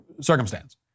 circumstance